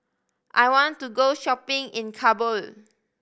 I want to go shopping in Kabul